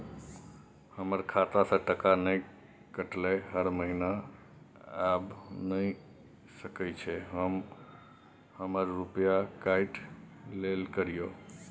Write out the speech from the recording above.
हमर खाता से टका नय कटलै हर महीना ऐब नय सकै छी हम हमर रुपिया काइट लेल करियौ?